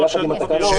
ביחד עם התקנות,